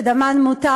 שדמן מותר?